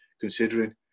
considering